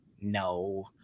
No